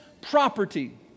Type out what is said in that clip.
property